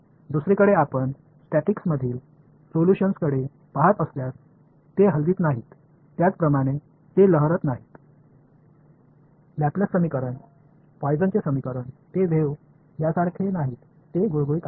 दुसरीकडे आपण स्टॅटिक्समधील सोल्यूशन्सकडे पहात असल्यास ते हलवित नाहीत त्याप्रमाणे ते लहरत नाहीत लॅपलेस समीकरण पोयसनचे समीकरण ते वेव्ह सारखे नाहीत ते गुळगुळीत आहेत